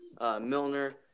Milner